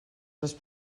les